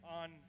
on